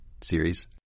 series